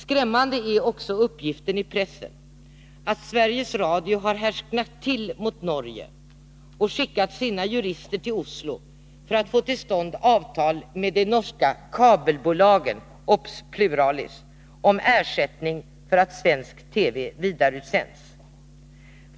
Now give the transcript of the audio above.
Skrämmande är också uppgiften i pressen att Sveriges Radio har härsknat till mot Norge och skickat sina jurister till Oslo för att få till stånd avtal med de norska kabelbolagen — observera pluralis! — om ersättning för att svensk TV vidareutsänds.